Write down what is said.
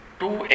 two